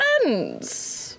friends